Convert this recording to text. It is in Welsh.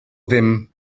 ddim